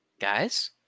Guys